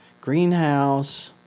Greenhouse